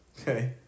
Okay